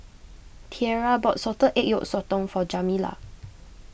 Tierra bought Salted Egg Yolk Sotong for Jamila